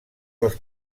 dels